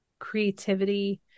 Creativity